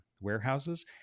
warehouses